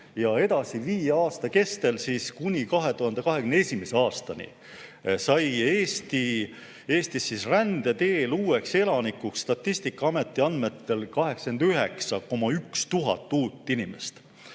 ja edasi viie aasta jooksul, kuni 2021. aastani, sai Eestis rände teel uueks elanikuks Statistikaameti andmetel 89,1 tuhat uut inimest.